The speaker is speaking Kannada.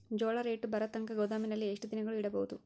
ಜೋಳ ರೇಟು ಬರತಂಕ ಗೋದಾಮಿನಲ್ಲಿ ಎಷ್ಟು ದಿನಗಳು ಯಿಡಬಹುದು?